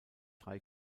drei